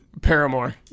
Paramore